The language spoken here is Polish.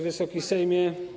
Wysoki Sejmie!